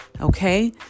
Okay